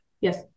Yes